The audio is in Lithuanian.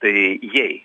tai jei